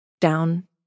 down